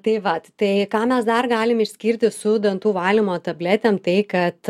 tai vat tai ką mes dar galim išskirti su dantų valymo tabletėm tai kad